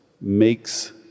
makes